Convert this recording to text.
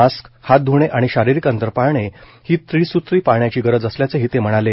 mask हात धुणे आणि शारिरीक अंतर पाळणे ही त्रिसुत्री पाळण्याची गरज असल्याचंही ते म्हणाले